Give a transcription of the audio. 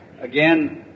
again